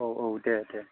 औ औ दे दे